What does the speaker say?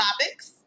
topics